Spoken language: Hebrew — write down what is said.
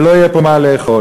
ולא יהיה פה מה לאכול.